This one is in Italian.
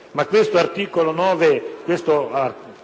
Peraltro, questo